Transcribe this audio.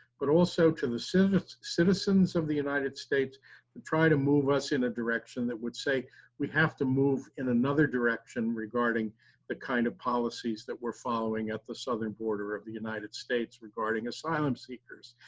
but also to the citizens citizens of the united states and try to move us in a direction that would say we have to move in another direction regarding the kind of policies that we're following at the southern border of the united states regarding asylum seekers.